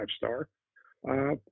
five-star